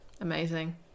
amazing